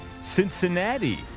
Cincinnati